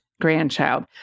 grandchild